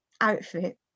outfit